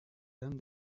dame